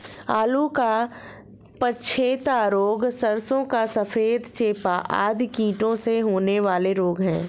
आलू का पछेता रोग, सरसों का सफेद चेपा आदि कीटों से होने वाले रोग हैं